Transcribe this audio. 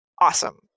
awesome